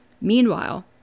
Meanwhile